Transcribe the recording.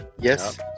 Yes